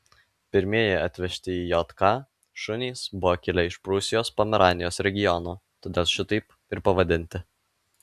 pirmieji atvežti į jk šunys buvo kilę iš prūsijos pomeranijos regiono todėl šitaip ir pavadinti